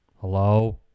Hello